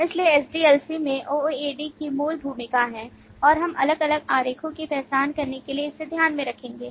इसलिए SDLC में OOAD की मूल भूमिका हैं और हम अलग अलग आरेखों की पहचान करने के लिए इसे ध्यान में रखेंगे